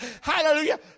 Hallelujah